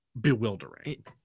bewildering